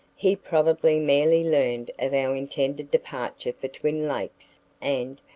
he probably merely learned of our intended departure for twin lakes and,